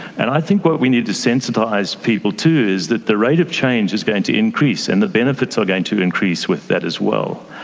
and i think what we need to sensitise people to is that the rate of change is going to increase, and the benefits are going to increase with that as well.